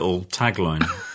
tagline